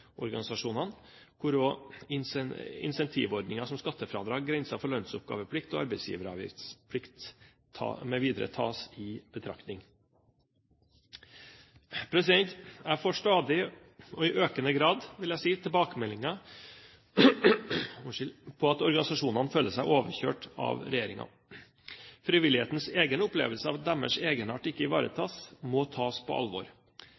arbeidsgiveravgiftsplikt mv. tas i betraktning. Jeg får stadig, og i økende grad vil jeg si, tilbakemeldinger på at organisasjonene føler seg overkjørt av regjeringen. Frivillighetens egen opplevelse av at deres egenart ikke ivaretas, må tas på alvor.